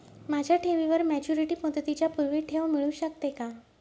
माझ्या ठेवीवर मॅच्युरिटी मुदतीच्या पूर्वी ठेव मिळू शकते का?